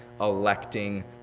electing